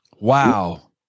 Wow